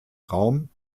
raum